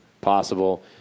possible